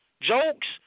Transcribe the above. Jokes